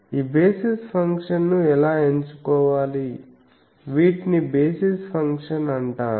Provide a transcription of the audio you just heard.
ఈ బేసిస్ ఫంక్షన్ను ఎలా ఎంచుకోవాలి వీటిని బేసిస్ ఫంక్షన్ అంటారు